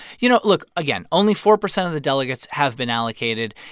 you know, look again, only four percent of the delegates have been allocated.